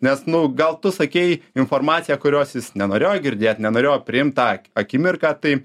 nes nu gal tu sakei informaciją kurios jis nenorėjo girdėt nenorėjo priimt tą akimirką tai